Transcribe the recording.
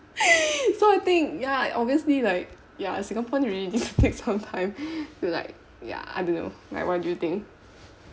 so I think ya obviously like ya singapore really need to take some time to like ya I don't know right what do you think